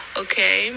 okay